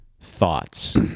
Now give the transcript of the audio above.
thoughts